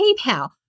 PayPal